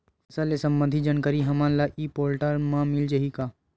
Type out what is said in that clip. फसल ले सम्बंधित जानकारी हमन ल ई पोर्टल म मिल जाही का?